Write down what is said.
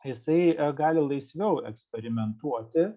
jisai gali laisviau eksperimentuoti